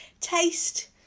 Taste